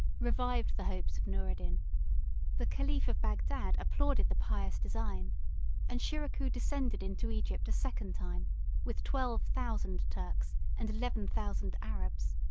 revived the hopes of noureddin the caliph of bagdad applauded the pious design and shiracouh descended into egypt a second time with twelve thousand turks and eleven thousand arabs.